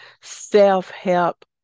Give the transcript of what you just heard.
self-help